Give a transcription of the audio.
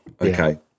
Okay